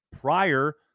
prior